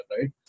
right